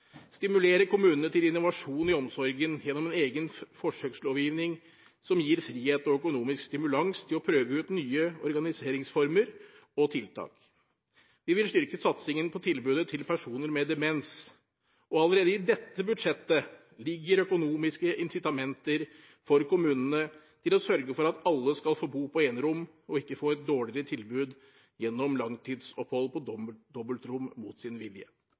stimulere kommunene til innovasjon i omsorgen gjennom en egen forsøkslovgivning som gir frihet og økonomisk stimulans til å prøve ut nye organiseringsformer og tiltak. Vi vil styrke satsingen på tilbudet til personer med demens. Og allerede i dette budsjettet ligger økonomiske incitamenter for kommunene til å sørge for at alle skal få bo på enerom og ikke få et dårligere tilbud gjennom langtidsopphold på dobbeltrom mot sin vilje.